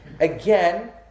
Again